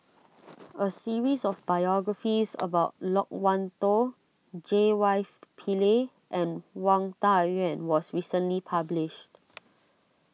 a series of biographies about Loke Wan Tho J Y Pillay and Wang Dayuan was recently published